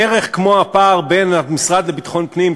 בערך כמו הפער בין המשרד לביטחון פנים,